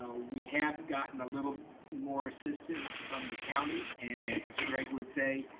ah we have gotten a little more assistance from the county. and as greg would say,